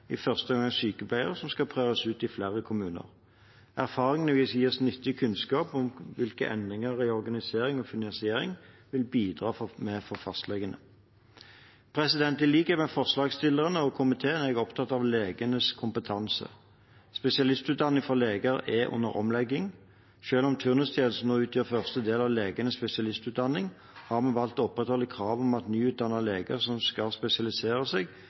i første omgang sykepleiere, som skal prøves ut i flere kommuner. Erfaringene vil gi oss nyttig kunnskap om hvilke endringer i organisering og finansiering som vil bidra mer for fastlegene. I likhet med forslagsstillerne og komiteen er jeg opptatt av legenes kompetanse. Spesialistutdanning for leger er under omlegging. Selv om turnustjenesten nå utgjør første del av legenes spesialistutdanning, har vi valgt å opprettholde kravet om at nyutdannede leger som skal spesialisere seg,